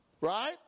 Right